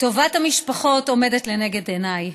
טובת המשפחות עומדות לנגד עיניי.